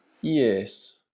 Yes